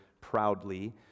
proudly